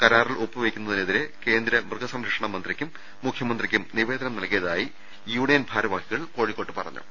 കരാറിൽ ഒപ്പുവെക്കുന്ന തിനെതിരെ കേന്ദ്ര മൃഗസംരക്ഷണ മന്ത്രിക്കും മുഖ്യമന്ത്രിക്കും നിവേദനം നല്കിയതായി യൂണിയൻ ഭാരവാഹികൾ കോഴിക്കോട്ട് പറഞ്ഞു